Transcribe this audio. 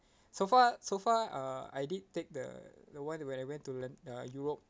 so far so far uh I did take the the one where I went to len~ uh europe